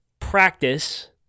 practice